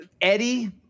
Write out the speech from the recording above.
Eddie